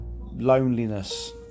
loneliness